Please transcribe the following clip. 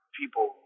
people